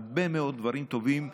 הרבה מאוד דברים טובים,